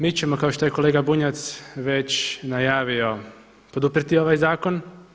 Mi ćemo kao što je kolega Bunjac već najavio poduprijeti ovaj zakon.